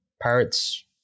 Pirates